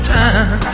time